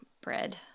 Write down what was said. bread